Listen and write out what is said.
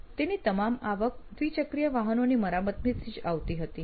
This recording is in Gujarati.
તેની તમામ આવક દ્વિ ચક્રીય વાહનોની મરામતમાંથી જ આવતી હતી